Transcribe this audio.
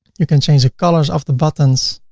you can change the colors of the buttons.